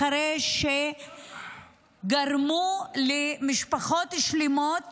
אחרי שגרמו למשפחות שלמות